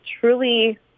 truly